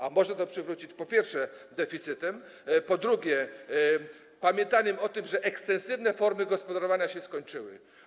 A można to przywrócić, po pierwsze, deficytem, po drugie, pamiętaniem o tym, że ekstensywne formy gospodarowania się skończyły.